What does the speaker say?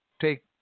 take